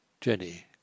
Jenny